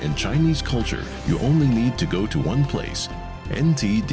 in chinese culture you only need to go to one place in